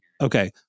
Okay